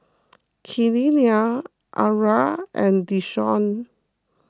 Kenia Arra and Deshawn